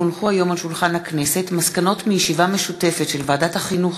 כי הונחו היום על שולחן הכנסת מסקנות מישיבה משותפת של ועדת החינוך,